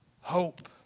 Hope